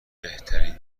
بهترین